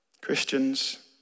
Christians